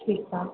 ठीकु आहे